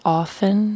often